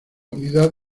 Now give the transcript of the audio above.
unidad